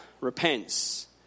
repents